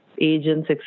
agents